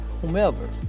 whomever